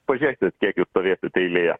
pažiūrėsit kiek jūs stovėsit eilėje